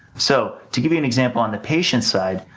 so, to give you an example on the patient side,